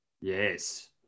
Yes